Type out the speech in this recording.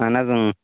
اَہَن حظ اۭں